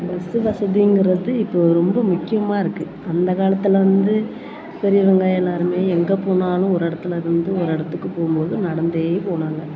bus வசதிங்கிறது இப்போது ரொம்ப முக்கியமாக இருக்குது அந்தக் காலத்தில் வந்து பெரியவங்க எல்லோருமே எங்கேப் போனாலும் ஒரு இடத்துலேருந்து ஒரு இடத்துக்கு போகும் போது நடந்தே போனாங்க